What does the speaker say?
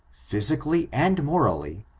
physically and morally,